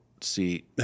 see